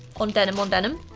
on denim on denim.